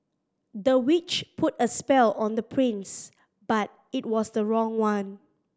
the witch put a spell on the prince but it was the wrong one